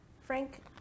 Frank